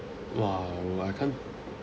!wah! !wah! I can't